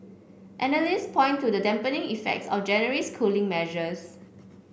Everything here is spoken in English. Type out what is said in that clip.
analysts point to the dampening effects of January's cooling measures